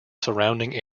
surrounding